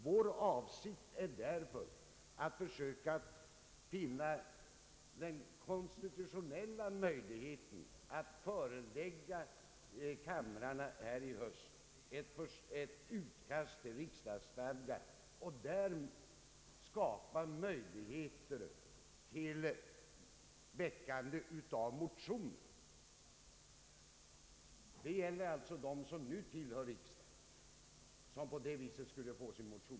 Vår avsikt är därför att söka finna den konstitutionella möjligheten att i höst förelägga kamrarna ett utkast till riksdagsstadga och därmed skapa möjlighet för ledamöterna att väcka motioner. På det sättet skulle de som nu är riksdagsledamöter få sin motionstid.